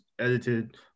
edited